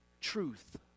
truth